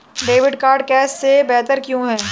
Debit card cash से बेहतर क्यों है?